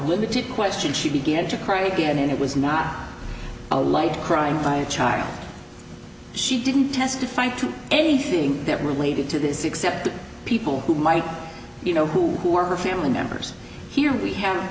limited question she began to cry again and it was not a light crying by a child she didn't testify to anything that related to this except to people who might you know who who are family members here we have